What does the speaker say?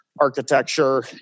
architecture